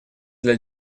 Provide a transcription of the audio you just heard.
для